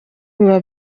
biba